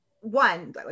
one